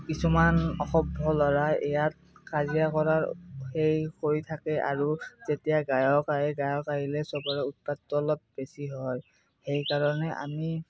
কিছুমান অসভ্য় ল'ৰাই ইয়াত কাজিয়া কৰাৰ সেই কৰি থাকে আৰু যেতিয়া গায়ক আহে গায়ক আহিলে চবৰে উৎপাতটো অলপ বেছি হয় সেইকাৰণে আমি